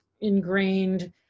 ingrained